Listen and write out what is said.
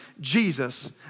Jesus